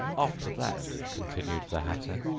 after that continued the hatter,